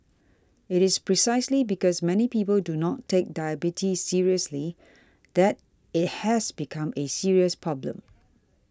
it is precisely because many people do not take diabetes seriously that it has become a serious problem